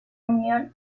unión